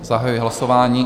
Zahajuji hlasování.